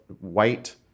white